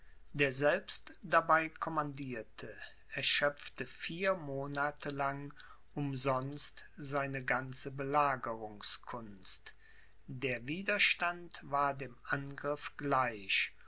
der selbst dabei kommandierte erschöpfte vier monate lang umsonst seine ganze belagerungskunst der widerstand war dem angriff gleich